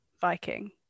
Viking